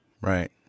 Right